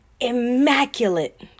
immaculate